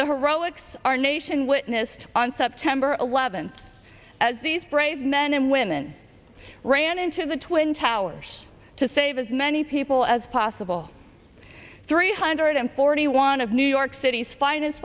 the heroics our nation witnessed on september eleventh as these brave men and women ran in to the twin towers to save as many people as possible three hundred forty one of new york city's fin